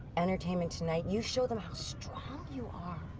entertainment tonight, you show them how strong you are.